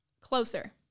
Closer